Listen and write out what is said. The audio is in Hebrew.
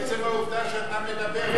עצם העובדה שאתה מדבר כאן זה דמוקרטיה.